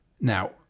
Now